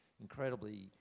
incredibly